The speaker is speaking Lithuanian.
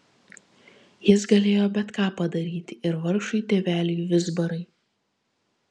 jis galėjo bet ką padaryti ir vargšui tėveliui vizbarai